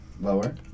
lower